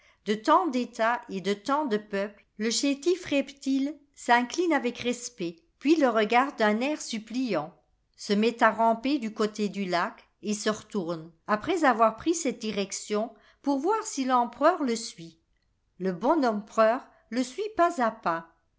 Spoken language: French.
de tant d'etats et de tant de peuples le chétif reptile s'incline avec respect puis le regarde d'un air suppliant se met à ramper du côté du lac et se retourne après avoir pris cette direction pour voir si l'empereur le suit le bon empereur le suit pas à pas